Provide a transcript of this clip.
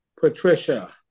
Patricia